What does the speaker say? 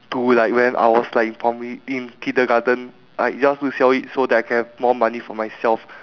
to like when I was like probably in kindergarten like just to sell it so that I can have more money for myself